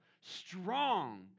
strong